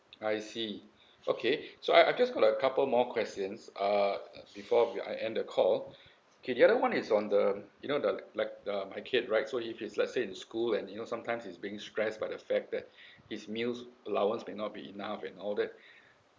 I see okay so I I just got a couple more questions uh before we I end the call K the other one is on the you know the like like um my kid right so if he let's say in school and you know sometimes he's being stressed by the fact that his meals allowance might not be enough and all that